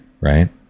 right